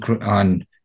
on